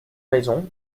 raisons